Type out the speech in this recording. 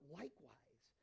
likewise